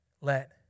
Let